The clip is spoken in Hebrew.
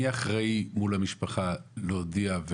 מי אחראי מול המשפחה להודיע,